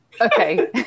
Okay